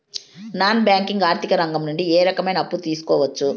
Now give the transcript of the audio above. Non banking ఆర్థిక రంగం నుండి ఏ రకమైన అప్పు తీసుకోవచ్చు?